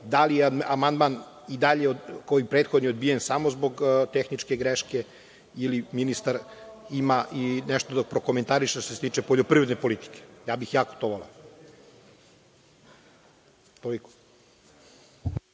da li je amandman i ovaj prethodni odbijen samo zbog tehničke greške ili ministar ima i nešto da prokomentariše, što se tiče poljoprivredne politike? Ja bih jako to voleo. Toliko.